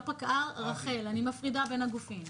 לא פקע"ר אני מפרידה בין הגופים.